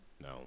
No